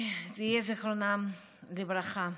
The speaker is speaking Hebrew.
יהיה זכרם לברכה,